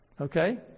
okay